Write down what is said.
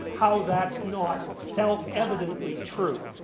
how that's not self-evidently true.